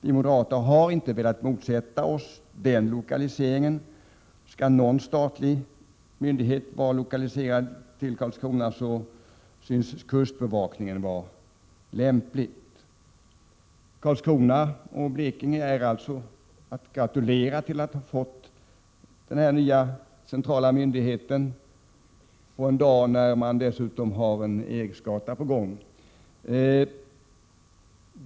Vi moderater har inte velat motsätta oss denna lokalisering. Skall någon statlig myndighet lokaliseras till Karlskrona syns kustbevakningen vara lämplig. Karlskrona och Blekinge är alltså att gratulera till att ha fått den nya centrala myndigheten, dessutom på en dag när man har en eriksgata på gång.